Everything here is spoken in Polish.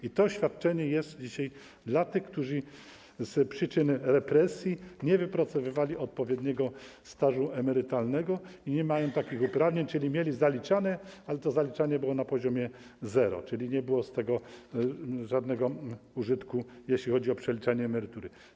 I to świadczenie jest dzisiaj dla tych, którzy z przyczyn represji nie wypracowywali odpowiedniego stażu emerytalnego i nie mają takich uprawnień, czyli mieli to zaliczane, ale to zaliczanie było na poziomie zero, czyli nie było z tego żadnego użytku, jeśli chodzi o przeliczanie emerytury.